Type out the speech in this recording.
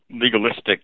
legalistic